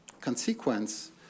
consequence